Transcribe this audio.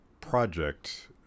project